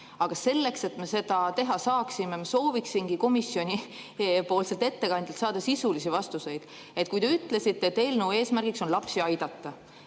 aga selleks, et seda teha, ma sooviksingi komisjonipoolselt ettekandjalt saada sisulisi vastuseid. Te ütlesite, et eelnõu eesmärk on lapsi aidata,